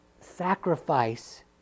sacrifice